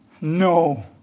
No